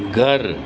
ઘર